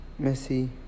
Messi